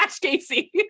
Casey